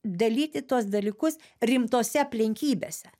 dalyti tuos dalykus rimtose aplinkybėse